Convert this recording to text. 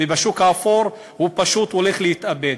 ובשוק האפור הוא פשוט הולך להתאבד.